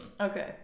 Okay